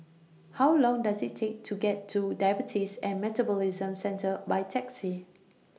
How Long Does IT Take to get to Diabetes and Metabolism Centre By Taxi